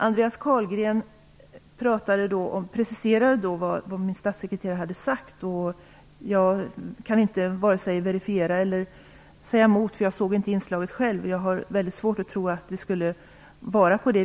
Andreas Carlgren preciserade vad min statssektreterare hade sagt, och jag kan inte vare sig verifiera det eller säga emot, eftersom jag själv inte såg inslaget. Men jag har väldigt svårt att tro att det skulle vara så.